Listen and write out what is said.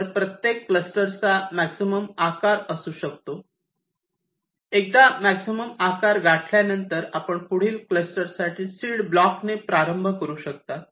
तर या प्रत्येक क्लस्टर्सचा मॅक्सिमम आकार असू शकतो एकदा मॅक्सिमम आकार गाठल्यानंतर आपण पुढील क्लस्टरसाठी सीड ब्लॉक ने प्रारंभ करू शकता